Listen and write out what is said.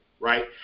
Right